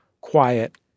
quiet